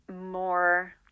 more